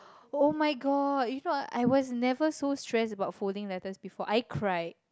oh-my-god you know I was never so stress about folding letters before I cried